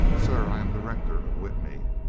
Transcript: sir, i am the rector of witney,